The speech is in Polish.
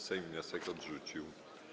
Sejm wniosek odrzucił.